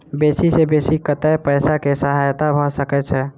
बेसी सऽ बेसी कतै पैसा केँ सहायता भऽ सकय छै?